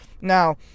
Now